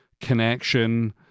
connection